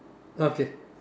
okay